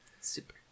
Super